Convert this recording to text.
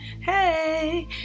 Hey